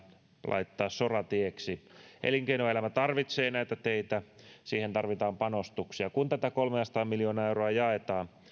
laittaa soratieksi elinkeinoelämä tarvitsee näitä teitä niihin tarvitaan panostuksia kun tätä kolmeasataa miljoonaa euroa jaetaan